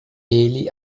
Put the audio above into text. ele